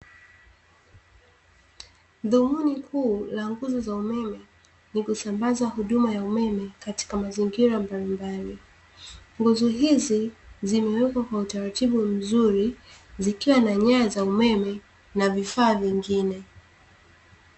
Dhumuni kuu la nguzo za umeme ni kusambaza huduma ya umeme katika mazingira mbalimbali, nguzo hizi zimewekwa kwa utaratibu mzuri zikiwa na nyaya za umeme na vifaa vingine.